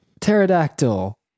Pterodactyl